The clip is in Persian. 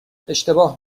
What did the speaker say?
اشتباه